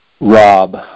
Rob